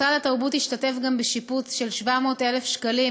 משרד התרבות השתתף גם ב-700,000 שקלים